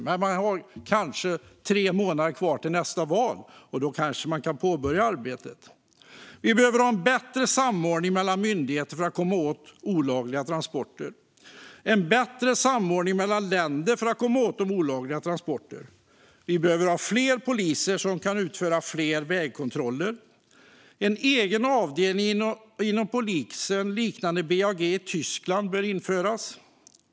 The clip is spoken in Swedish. Man har tre månader kvar till nästa val, och då kanske man kan påbörja arbetet. Vi behöver en bättre samordning mellan myndigheter och mellan länder för att komma åt de olagliga transporterna. Vi behöver fler poliser som kan utföra fler vägkontroller. En egen avdelning inom polisen liknande BAG i Tyskland bör införas.